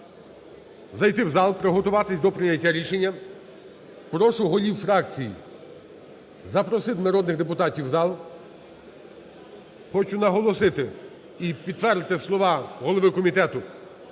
зайти в зал, приготуватися до прийняття рішення. Прошу голів фракцій запросити народних депутатів в зал. Хочу наголосити, і підтвердити слова голови комітету,